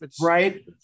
right